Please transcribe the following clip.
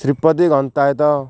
Sripati Gantayat